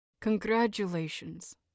Congratulations